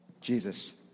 Jesus